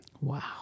Wow